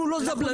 אנחנו לא זבלנים,